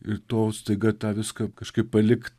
ir to staiga tą viską kažkaip palikt